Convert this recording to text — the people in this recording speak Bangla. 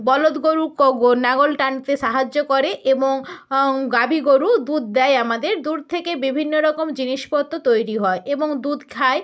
বলদ গরু লাঙল টানতে সাহায্য করে এবং গাভি গরু দুধ দেয় আমাদের দুধ থেকে বিভিন্ন রকম জিনিসপত্র তৈরী হয় এবং দুধ খায়